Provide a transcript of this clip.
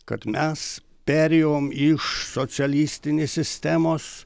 kad mes perėjom iš socialistinės sistemos